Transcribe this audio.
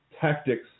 tactics